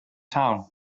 town